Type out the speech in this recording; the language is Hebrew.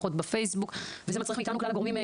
פחות בפייסבוק וזה מצריך מאיתנו כלל הגורמים,